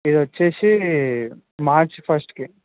ఇది వచ్చేసి మార్చ్ ఫస్ట్కి